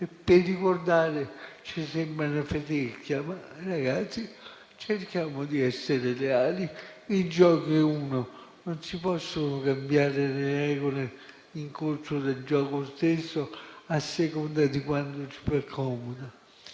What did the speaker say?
e ricordare, ci sembra una fetecchia. Ma, ragazzi, cerchiamo di essere leali. Il gioco è uno e non si possono cambiare le regole in corso di gioco, a seconda di quando ci fa comodo.